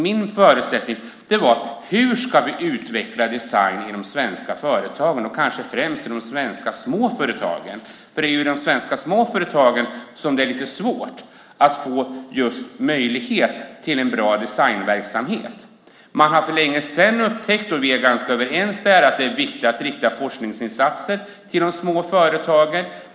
Min utgångspunkt var hur vi ska utveckla design i de svenska företagen, kanske främst i de svenska små företagen. Det är ju i de svenska små företagen som det är lite svårt att få möjlighet till just en bra designverksamhet. Man har för länge sedan upptäckt, och vi är ganska överens där, att det är viktigt att rikta forskningsinsatser till de små företagen.